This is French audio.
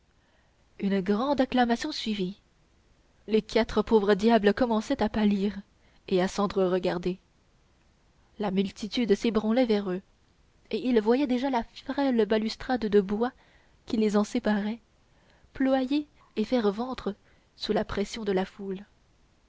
une grande acclamation suivit les quatre pauvres diables commençaient à pâlir et à sentre regarder la multitude s'ébranlait vers eux et ils voyaient déjà la frêle balustrade de bois qui les en séparait ployer et faire ventre sous la pression de la foule